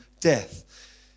death